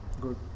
Good